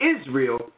Israel